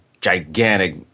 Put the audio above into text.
gigantic